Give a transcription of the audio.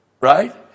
Right